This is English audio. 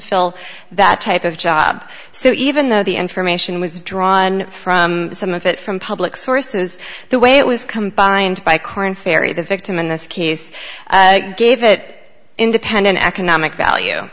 fill that type of job so even though the information was drawn from some of it from public sources the way it was come by and by korn ferry the victim in this case gave it independent economic value